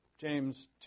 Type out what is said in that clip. James